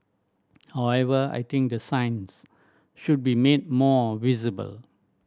however I think the signs should be made more visible